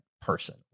person